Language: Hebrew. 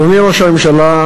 אדוני ראש הממשלה,